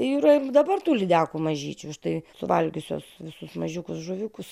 ir dabar tų lydekų mažyčių štai suvalgiusios visus mažiukus žuviukus